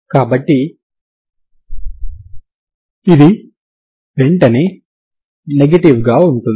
కాబట్టి మీరు ప్రారంభ సమాచారంగా f మరియు g ను కలిగి ఉన్నారు